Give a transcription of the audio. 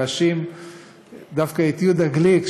להאשים דווקא את יהודה גליק,